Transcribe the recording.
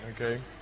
okay